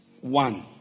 one